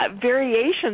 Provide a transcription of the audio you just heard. variations